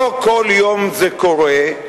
לא כל יום זה קורה,